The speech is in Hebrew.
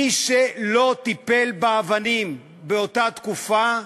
מי שלא טיפל באבנים באותה תקופה,